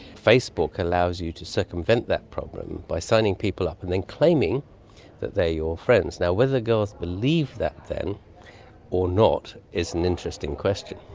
facebook allows you to circumvent that problem by signing people up and then claiming that they are your friends. now, whether girls believe that then or not is an interesting question.